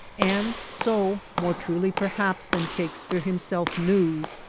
and so, more truly perhaps than shakespeare him self knew,